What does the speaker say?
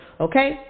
okay